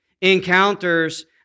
encounters